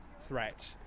threat